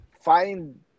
find